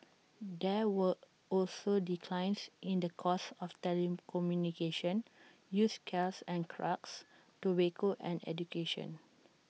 there were were also declines in the cost of telecommunication used cares and trucks tobacco and education